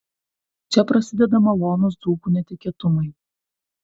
čia prasideda malonūs dzūkų netikėtumai